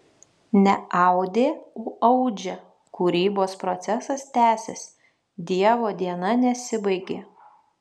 ne audė o audžia kūrybos procesas tęsiasi dievo diena nesibaigė